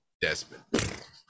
Desmond